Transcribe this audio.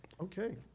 Okay